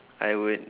I would